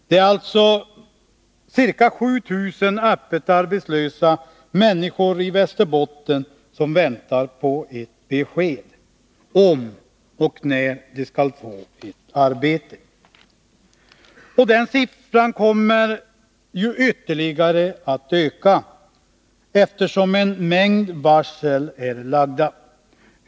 Det är alltså ca 7 000 öppet arbetslösa människor i Västerbotten som väntar på ett besked, om och när de skall få ett arbete. Den siffran kommer ytterligare att öka, eftersom en mängd varsel är lagda.